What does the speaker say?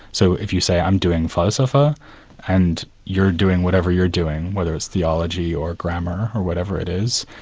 so if you say, i'm doing falsafa and you're doing whatever you're doing, whether it's theology or grammar or whatever it is,